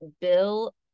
bill